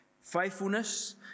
faithfulness